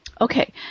Okay